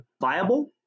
viable